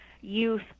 youth